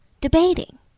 debating